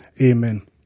amen